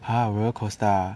!huh! roller coaster ah